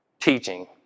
teaching